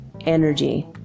energy